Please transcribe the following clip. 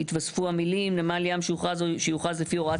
המילים "נמל ים שהוכרז או שיוכרז לפי הוראת